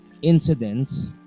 Incidents